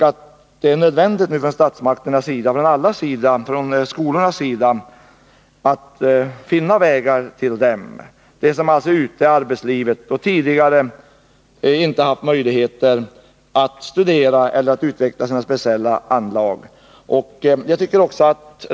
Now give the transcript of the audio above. Det är nu nödvändigt att statsmakterna, skolorna, ja alla försöker finna vägar till de människor som är ute i arbetslivet och som tidigare inte har haft möjlighet att studera eller utveckla sina speciella anlag.